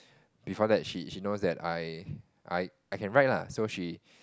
before that she she knows that I I I can write ah so she